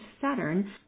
Saturn